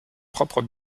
propres